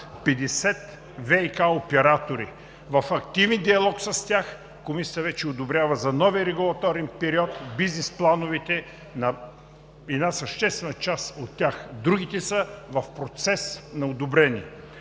ВиК оператори. В активен диалог с тях Комисията вече одобрява за новия регулаторен период бизнес плановете на една съществена част от тях, другите са в процес на одобрение.